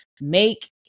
Make